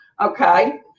okay